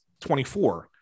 24